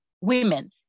women